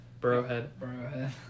Burrowhead